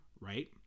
right